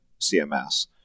CMS